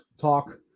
talk